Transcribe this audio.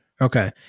Okay